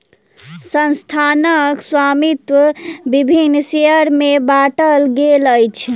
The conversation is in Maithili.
संस्थानक स्वामित्व विभिन्न शेयर में बाटल गेल अछि